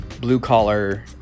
blue-collar